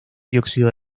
dióxido